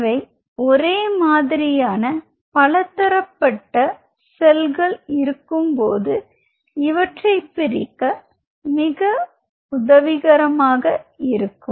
இவை ஒரே மாதிரியான பல தரப்பட்ட செல்கள் இருக்கும் போது அவற்றை பிரிக்க இவை மிகுந்த உதவியாக இருக்கும்